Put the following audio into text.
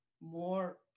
more